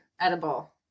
edible